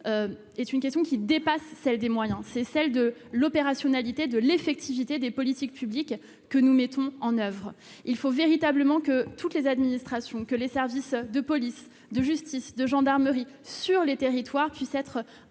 de la question des moyens pour se pencher sur celle de l'effectivité des politiques publiques que nous mettons en oeuvre. Il faut véritablement que toutes les administrations, que les services de police, de justice et de gendarmerie sur les territoires puissent être